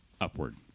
upward